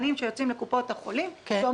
תקבל איזו תמיכה.